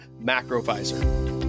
Macrovisor